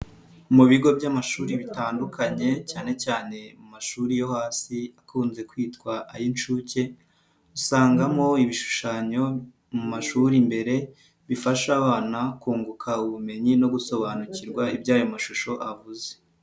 Mu bigo by'amashuri bitandukanye cyane cyane mu mashuri yo hasi akunze kwitwa ay'inshuke, usangamo ibishushanyo mu mashuri imbere, bifasha abana kunguka ubumenyi no gusobanukirwa iby'ayo mashusho avuze.